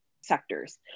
sectors